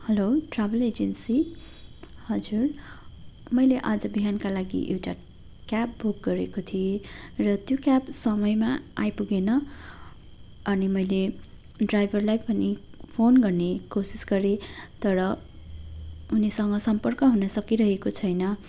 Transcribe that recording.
hello travel agency हजुर मैले आज बिहानका लागि एउटा क्याब बुक गरेको थिएँ र त्यो क्याब समयमा आइपुगेन अनि मैले ड्राइभरलाई पनि फोन गर्ने कोसिस गरेँ तर उनीसँग सम्पर्क हुन सकिरहेको छैन